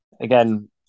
again